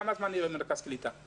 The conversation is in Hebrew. כמה זמן נהיה במרכז קליטה.